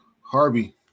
Harvey